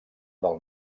del